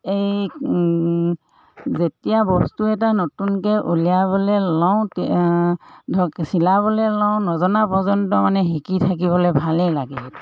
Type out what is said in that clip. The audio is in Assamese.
এই যেতিয়া বস্তু এটা নতুনকৈ উলিয়াবলৈ লওঁতে ধৰক চিলাবলৈ লওঁ নজনা পৰ্যন্ত মানে শিকি থাকিবলৈ ভালেই লাগে